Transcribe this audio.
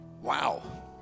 wow